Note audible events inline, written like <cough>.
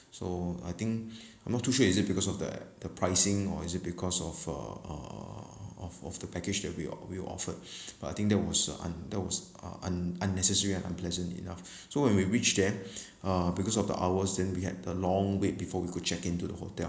so I think <breath> I'm not too sure is it because of the the pricing or is it because of uh uh of of the package that we were we were offered <breath> but I think that was uh un~ that was uh un~ unnecessary and unpleasant enough <breath> so when we reach there uh because of the hours then we had a long wait before we could check in to the hotel